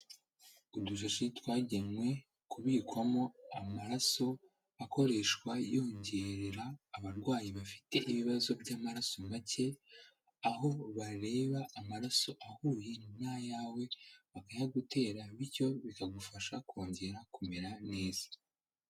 Udushashi twagenwe kubikwamo amaraso akoreshwa yongerera abarwayi bafite ibibazo by'amaraso make, aho bareba amaraso ahuye n'ayawe, bakayagutera bityo bikagufasha kongera kumera neza.